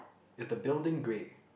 is the building grey